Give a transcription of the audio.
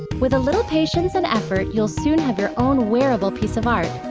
with a little patience and effort, you'll soon have your own wearable piece of art.